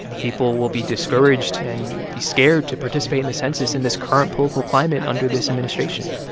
people will be discouraged and be scared to participate in the census in this current political climate under this administration